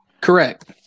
Correct